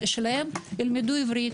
שילדיהם ילמדו עברית.